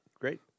great